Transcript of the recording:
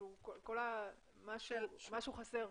משהו חסר.